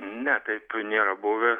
ne taip nėra buvę